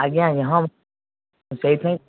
ଆଜ୍ଞା ଆଜ୍ଞା ହଁ ସେଥିପାଇଁ